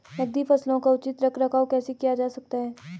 नकदी फसलों का उचित रख रखाव कैसे किया जा सकता है?